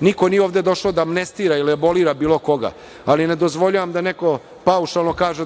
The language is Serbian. Niko nije ovde došao da amnestira ili abolira bilo koga, ali ne dozvoljavam da neko paušalno kaže